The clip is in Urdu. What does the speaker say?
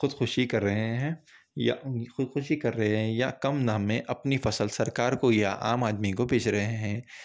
خودکشی کر رہے ہیں یا خودکشی کر رہے ہیں یا کم دام میں اپنی فصل سرکار کو یا عام آدمی کو بیچ رہے ہیں